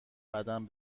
قدم